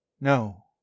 No